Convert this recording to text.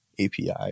API